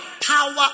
power